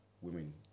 Women